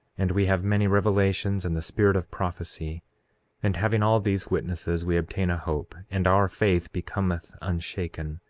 and we have many revelations and the spirit of prophecy and having all these witnesses we obtain a hope, and our faith becometh unshaken,